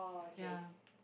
ya